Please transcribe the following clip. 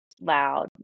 loud